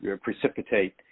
precipitate